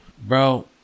Bro